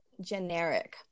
generic